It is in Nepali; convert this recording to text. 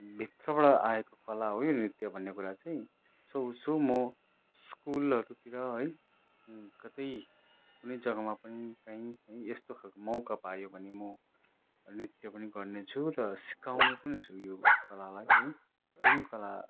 भित्रबाट आएको कला हो यो नृत्य भन्ने कुरा चाहिँ सो उसो म स्कुलहरूतिर है कतै कुनै जग्गामा पनि कहीँ पनि यस्तो खालको मौका पायो भने मो नृत्य पनि गर्नेछु र सिकाउने पनि छु यो कलालाई है जुन कला